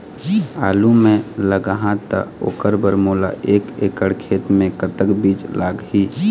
आलू मे लगाहा त ओकर बर मोला एक एकड़ खेत मे कतक बीज लाग ही?